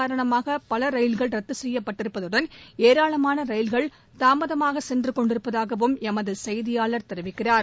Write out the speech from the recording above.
காரணமாகபலரயில்கள் ரத்துசெய்யப்பட்டிருப்பதுடன் பனிமுட்டம் ஏராளமானரயில்கள் தாமதமாகசென்றுகொண்டிருப்பதாகவும் எமதுசெய்தியாளர் தெரிவிக்கிறார்